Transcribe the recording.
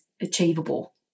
achievable